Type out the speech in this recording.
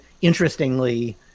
interestingly